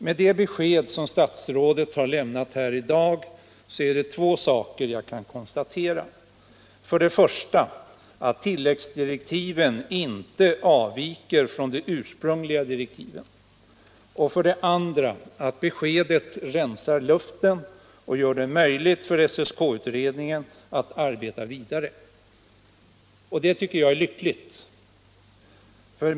Med det besked som statsrådet nu har lämnat är det två saker jag kan konstatera, nämligen för det första att tilläggsdirektiven inte avviker från de ursprungliga direktiven och för det andra att beskedet rensar luften och gör det möjligt för SSK-utredningen att arbeta vidare. Det tycker jag är lyckligt.